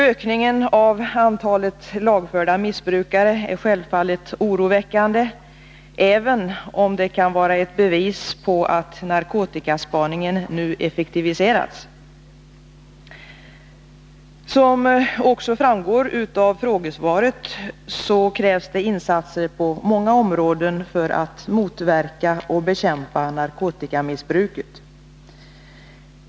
Ökningen av antalet lagförda missbrukare är självfallet oroväckande, även om den kan vara ett bevis på att narkotikaspaningen nu effektiviserats. Som också framgår av frågesvaret krävs det insatser på många områden för att motverka och bekämpa narkotikamissbruket.